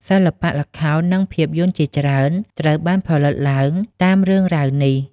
សិល្បៈល្ខោន និងភាពយន្តជាច្រើនត្រូវបានផលិតឡើងតាមរឿងរ៉ាវនេះ។